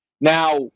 Now